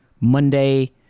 Monday